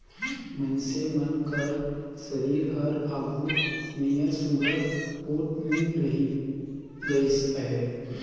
मइनसे मन कर सरीर हर आघु नियर सुग्घर पोठ नी रहि गइस अहे